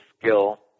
skill